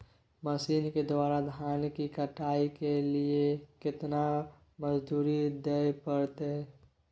Machine के द्वारा धान की कटाइ के लिये केतना मजदूरी दिये परतय?